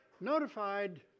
notified